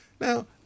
Now